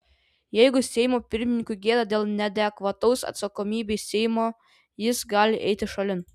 jeigu seimo pirmininkui gėda dėl neadekvataus atsakomybei seimo jis gali eiti šalin